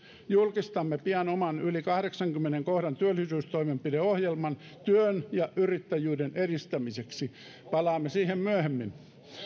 julkistamme pian oman yli kahdeksannenkymmenennen kohdan työllisyystoimenpideohjelman työn ja yrittäjyyden edistämiseksi palaamme siihen myöhemmin